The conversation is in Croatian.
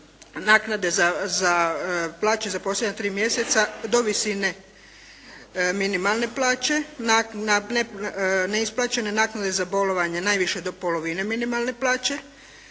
naknade za plaće za posljednja 3 mjeseca do visine minimalne plaće, na neisplaćene naknade za bolovanja najviše do polovine minimalne plaće,